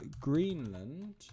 Greenland